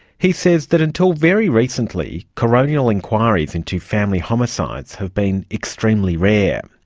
he says that until very recently coronial inquiries into family homicides have been extremely rare.